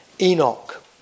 Enoch